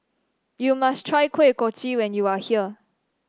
you must try Kuih Kochi when you are here